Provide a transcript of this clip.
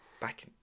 back